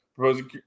proposing